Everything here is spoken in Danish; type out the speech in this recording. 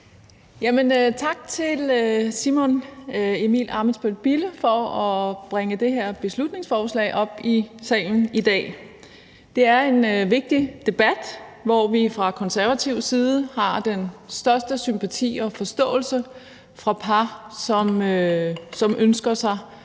tak til Simon Emil Ammitzbøll-Bille for at bringe det her beslutningsforslag op i salen i dag. Det er en vigtig debat, hvor vi fra konservativ side har den største sympati og forståelse for par, som ønsker sig